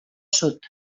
sud